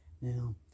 Now